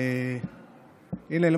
הינה,